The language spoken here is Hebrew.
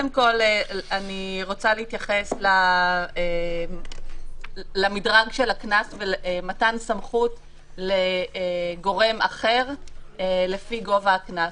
אני רוצה להתייחס למדרג של הקנס ולמתן סמכות לגורם אחר לפי גובה הקנס.